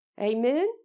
Amen